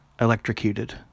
electrocuted